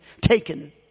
taken